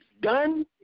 Done